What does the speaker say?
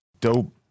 dope